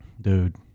dude